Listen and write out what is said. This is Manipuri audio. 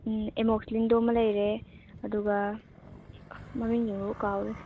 ꯎꯝ ꯑꯦꯃꯣꯛꯁꯂꯤꯟꯗꯨꯃ ꯂꯩꯔꯦ ꯑꯗꯨꯒ ꯃꯃꯤꯡꯗꯨꯕꯨ ꯀꯥꯎꯔꯦ